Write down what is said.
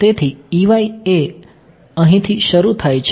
તેથી એ અહીંથી શરુ થાય છે